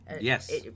Yes